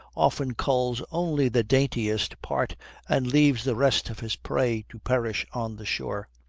often culls only the daintiest part and leaves the rest of his prey to perish on the shore.